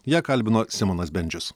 ją kalbino simonas bendžius